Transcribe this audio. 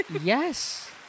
yes